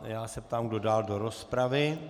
Já se ptám, kdo dál do rozpravy?